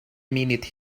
minute